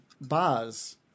bars